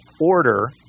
order